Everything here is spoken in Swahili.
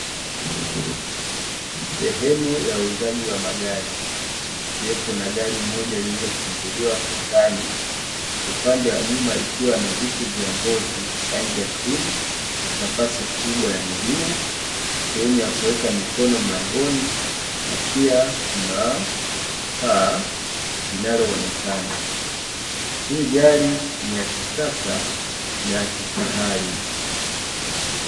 Sehemu ya uuzaji wa magari ikiwepo na gari moja lililofunguliwa kwa ndani upande wa nyuma kukiwa na viti vya ngozi vyenye rangi ya krimu na nafasi kubwa ya miguu sehemu ya kuweka mikono mlangoni na pia paa linaloonekana; hii gari ni ya kisasa na ya kifahari.